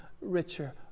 richer